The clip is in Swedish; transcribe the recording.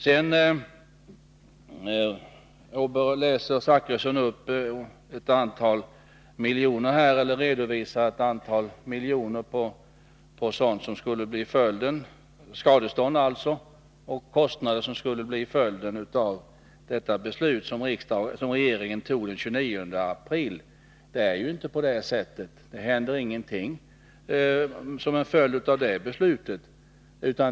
Sedan redovisar Bertil Zachrisson ett antal miljoner i skadestånd och kostnader som skulle bli följden av det beslut som regeringen fattade den 29 april. Det är inte på det sättet. Det händer ingenting som en följd av det beslutet.